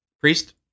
priest